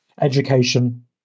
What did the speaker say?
education